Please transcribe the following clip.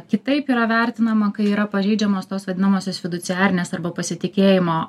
kitaip yra vertinama kai yra pažeidžiamos tos vadinamosios fiduciarinės arba pasitikėjimo